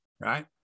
right